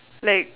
like